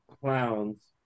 Clowns